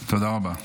תודה רבה.